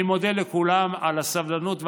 אני מודה לכולם על הסבלנות,